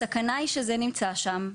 הסכנה היא שזה נמצא שם,